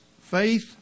faith